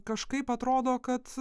kažkaip atrodo kad